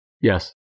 Yes